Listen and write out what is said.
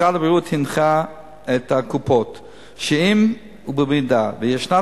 משרד הבריאות הנחה את הקופות שאם ובמידה שישנה